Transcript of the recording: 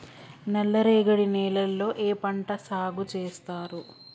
నల్లరేగడి నేలల్లో ఏ పంట సాగు చేస్తారు?